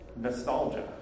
nostalgia